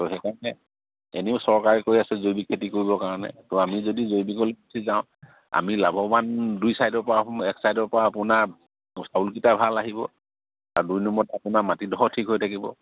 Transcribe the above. ত' সেইকাৰণে এনেও চৰকাৰে কৈ আছে জৈৱিক খেতি কৰিবৰ কাৰণে ত' আমি যদি জৈৱিকলৈ উঠি যাওঁ আমি লাভৱান দুই চাইডৰ পৰা হ'ম এক চাইডৰ পৰা আপোনাৰ চাউলকেইটা ভাল আহিব আৰু দুই নম্বৰত আপোনাৰ মাটিডোখৰ ঠিক হৈ থাকিব